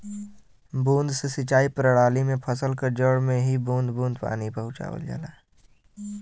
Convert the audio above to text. बूंद से सिंचाई प्रणाली में फसल क जड़ में ही बूंद बूंद पानी पहुंचावल जाला